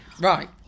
Right